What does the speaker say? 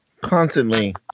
constantly